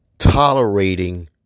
Tolerating